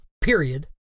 period